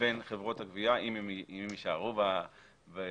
לבין חברות הגבייה, אם הן יישארו במשחק.